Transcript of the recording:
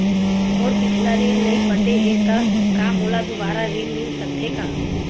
मोर पिछला ऋण नइ पटे हे त का मोला दुबारा ऋण मिल सकथे का?